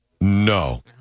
No